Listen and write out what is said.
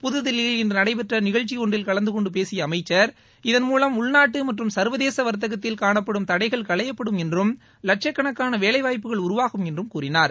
புதுதில்லியில் இன்று நடைபெற்ற நிகழ்ச்சி ஒன்றில் கலந்துகொண்டு பேசிய அமைச்சர் இதன்மூலம் உள்நாட்டு மற்றும சரவதேச வர்த்தகத்தில் காணப்படும் தடைகள் களையப்படும் என்றும் வட்சக்கணக்கான வேலைவாய்ப்புகள் உருவாகும் என்றும் அமைச்சர் கூறினார்